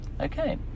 Okay